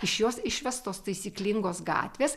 iš jos išvestos taisyklingos gatvės